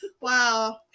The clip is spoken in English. Wow